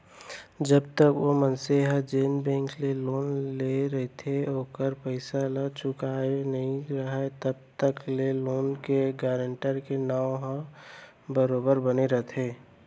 जब तक ओ मनसे ह जेन बेंक ले लोन लेय रहिथे ओखर पइसा ल चुकाय नइ राहय तब तक ले लोन के गारेंटर के नांव ह बरोबर बने रहिथे